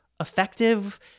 effective